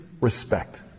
respect